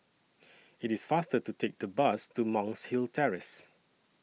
IT IS faster to Take The Bus to Monk's Hill Terrace